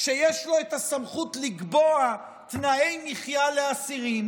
שיש לו את הסמכות לקבוע תנאי מחיה לאסירים,